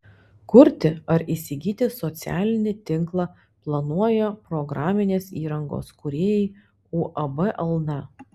kurti ar įsigyti socialinį tinklą planuoja programinės įrangos kūrėjai uab alna